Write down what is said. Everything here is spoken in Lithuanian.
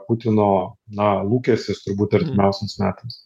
putino na lūkestis turbūt artimiausiams metams